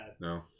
No